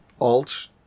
alt